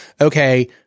okay